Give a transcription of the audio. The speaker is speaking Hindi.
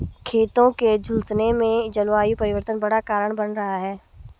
खेतों के झुलसने में जलवायु परिवर्तन बड़ा कारण बन रहा है